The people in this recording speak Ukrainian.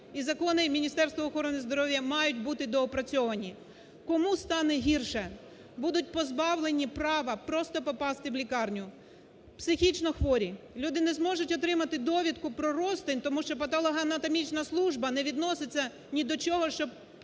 і закони Міністерства охорони здоров'я мають бути доопрацьовані. Кому стане гірше? Будуть позбавлені права просто попасти в лікарню психічнохворі, люди не зможуть отримати довідку про розтин, тому що Патологоанатомічна служба не відноситься ні до чого, що